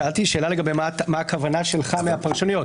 שאלתי שאלה לגבי מה הכוונה שלך מהפרשנויות.